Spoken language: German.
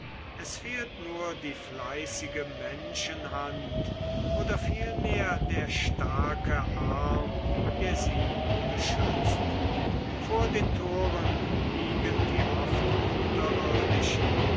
es fehlt nur die fleißige menschenhand oder vielmehr der starke arm der sie beschützt vor den toren liegen die oft